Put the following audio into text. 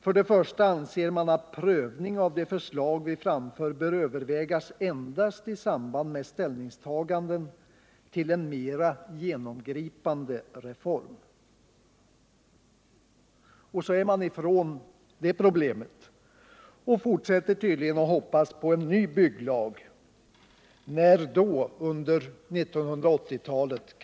För det första anser utskottet att prövning av de förslag vi framfört bör övervägas endast i samband med ställningstaganden till en mer genomgripande reform. Och så har man kommit ifrån det problemet och fortsätter tydligen att hoppas på en ny bygglag — när då? Under 1980-talet?